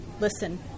listen